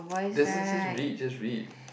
that's it just read just read